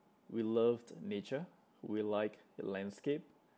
we love the nature we like the landscape